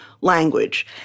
language